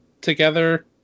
together